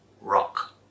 rock